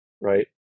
right